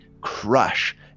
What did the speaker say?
crush